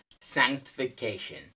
sanctification